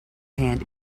hand